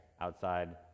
outside